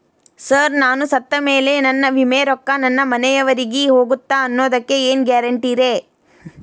Sir ನಾನು ಸತ್ತಮೇಲೆ ನನ್ನ ವಿಮೆ ರೊಕ್ಕಾ ನನ್ನ ಮನೆಯವರಿಗಿ ಹೋಗುತ್ತಾ ಅನ್ನೊದಕ್ಕೆ ಏನ್ ಗ್ಯಾರಂಟಿ ರೇ?